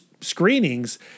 screenings